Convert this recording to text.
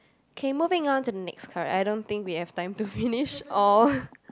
K moving on to the next card I don't think we have time to finish all